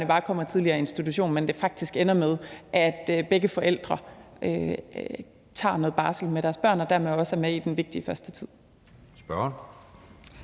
bare kommer tidligere i institution, men faktisk ender med, at begge forældre tager noget barsel med deres børn og dermed også er med i den vigtige første tid.